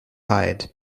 hired